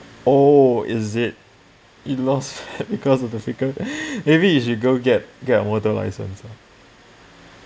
oh is it you lost fat because of the frequent maybe you should go get get a motor license ah